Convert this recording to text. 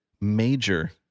Major